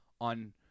on